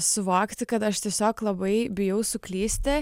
suvokti kad aš tiesiog labai bijau suklysti